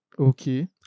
Okay